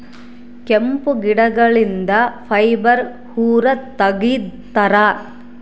hemp ಗಿಡಗಳಿಂದ fibre ಹೊರ ತಗಿತರೆ